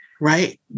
Right